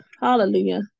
Hallelujah